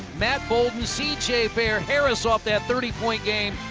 matt bouldin, c j. fair, harris off that three-point game,